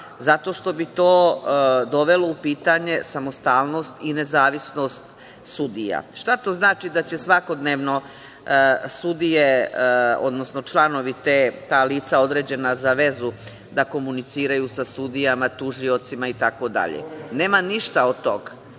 zato što bi to dovelo u pitanje samostalnost i nezavisnost sudija. Šta to znači da će svakodnevno sudije, odnosno ta lica određena za vezu da komuniciraju sa sudijama, tužiocima itd? Nema ništa od toga.